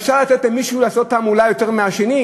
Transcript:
אפשר לתת למישהו לעשות תעמולה יותר מהשני?